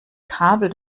kabel